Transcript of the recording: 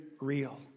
real